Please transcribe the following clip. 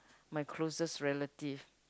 my closest relative